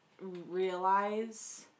realize